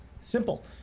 Simple